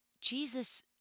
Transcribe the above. Jesus